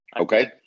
Okay